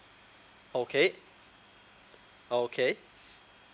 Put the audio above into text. okay okay